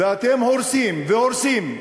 ואתם הורסים והורסים,